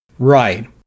Right